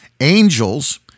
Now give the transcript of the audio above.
Angels